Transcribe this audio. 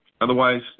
Otherwise